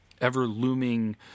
ever-looming